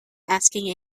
asking